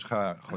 יש לך חודשים,